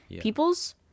Peoples